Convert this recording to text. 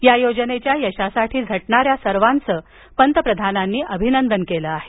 या योजनेच्या यशासाठी झटणाऱ्या सर्वांचं त्यांनी अभिनंदन केलं आहे